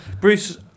Bruce